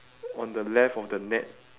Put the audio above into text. on the left of the net